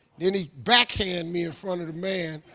then he backhand me in front of the man,